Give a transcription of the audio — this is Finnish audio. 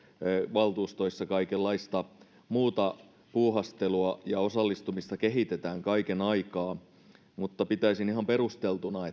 valtuustoissa kaikenlaista muuta puuhastelua ja osallistumista kehitetään kaiken aikaa mutta pitäisin ihan perusteltuna